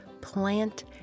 plant